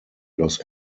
los